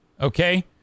Okay